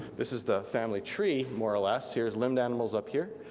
this is the family tree more or less. here's limbed animals up here.